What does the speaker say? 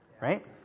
right